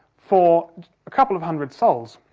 for a couple of hundred sols.